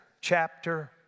chapter